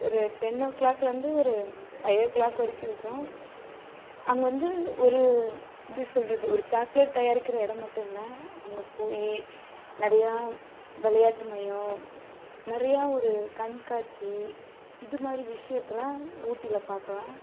ஒரு டென் ஓ கிளாக்லேருந்து ஒரு ஃபைவ் ஓ கிளாக் வரைக்கும் இருக்கும் அங்கே வந்து ஒரு எப்படி சொல்வது ஒரு சாக்லேட் தயாரிக்கிற இடம் மட்டும் இல்லை அங்கே போய் நிறையா விளையாட்டு மையம் நிறையா ஒரு கண்காட்சி இதுமாதிரி விஷயத்தலாம் ஊட்டில பார்க்கலாம்